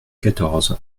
quatorze